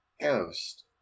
ghost